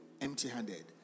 empty-handed